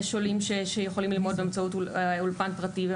יש עולים שיכולים ללמוד באמצעות אולפן פרטי.